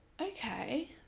okay